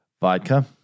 Vodka